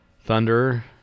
thunder